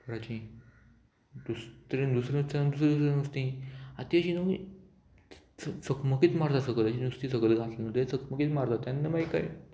हेजी दुसरे तरेन दुसरें दुसरे नुस्तीं आनी तीं अशीं न्हू चकमकीत मारता सकयल अशी नुस्तें सगळें घातली म्हणटकच चकमकीत मारता तेन्ना मागीर काय